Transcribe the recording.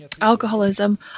alcoholism